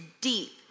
deep